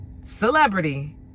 celebrity